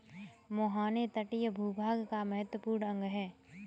मुहाने तटीय भूभाग का महत्वपूर्ण अंग है